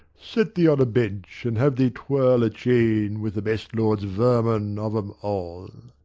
set thee on a bench, and have thee twirl a chain with the best lord's vermin of em all.